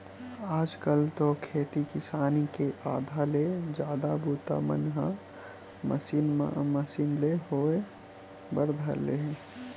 आज कल तो खेती किसानी के आधा ले जादा बूता मन ह मसीन मन ले होय बर धर ले हे